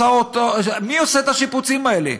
מי עושה את השיפוצים האלה?